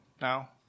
now